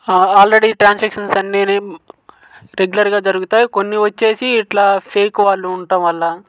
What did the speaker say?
already transaction అన్నీ రేగులర్గా జరుగుతాయి కొన్ని వచ్చేసి ఇట్లా ఫేక్ వాళ్ళు ఉండటం వల్ల